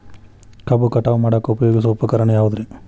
ಕಬ್ಬು ಕಟಾವು ಮಾಡಾಕ ಉಪಯೋಗಿಸುವ ಉಪಕರಣ ಯಾವುದರೇ?